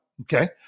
Okay